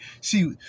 See